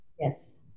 Yes